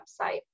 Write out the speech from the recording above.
website